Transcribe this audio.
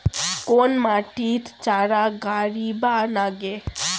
কখন মাটিত চারা গাড়িবা নাগে?